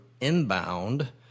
inbound